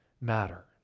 matter